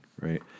Right